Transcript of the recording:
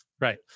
Right